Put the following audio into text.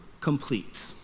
complete